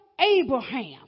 Abraham